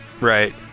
right